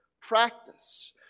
practice